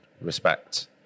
respect